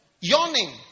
Yawning